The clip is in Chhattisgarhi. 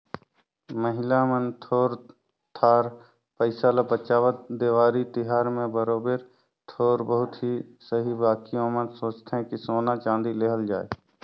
महिला मन थोर थार पइसा बंचावत, देवारी तिहार में बरोबेर थोर बहुत ही सही बकि ओमन सोंचथें कि सोना चाँदी लेहल जाए